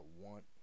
want